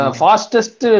fastest